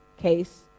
case